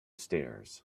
stairs